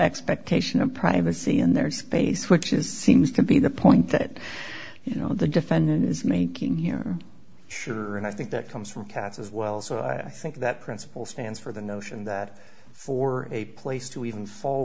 expectation of privacy in their space which is seems to be the point that you know the defendant is making here sure and i think that comes from cats as well so i think that principle stands for the notion that for a place to even fall